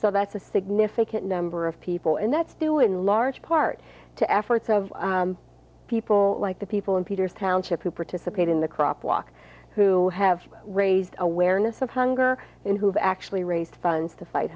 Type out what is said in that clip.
so that's a significant number of people and that's due in large part to efforts of people like the people in peter's township who participate in the crop walk who have raised awareness of hunger and who've actually raised funds to fight